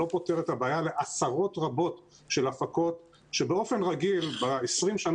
לא פותר את הבעיה לעשרות רבות של הפקות שבאופן רגיל ב-20 השנים